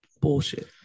Bullshit